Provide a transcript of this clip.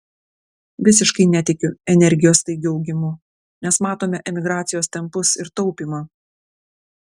visiškai netikiu energijos staigiu augimu nes matome emigracijos tempus ir taupymą